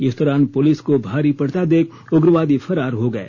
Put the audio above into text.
इस दौरान पुलिस को भारी पड़ता देख उग्रवादी फरार हो गए